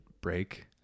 break